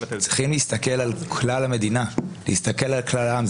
צריכים להסתכל על כלל המדינה, להסתכל על כלל העם.